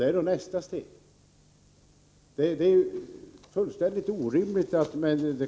Det är fullständigt orimligt att nu kräva ett besked av mig.